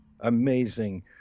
amazing